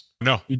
No